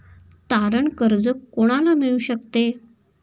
तारण कर्ज कोणाला मिळू शकते?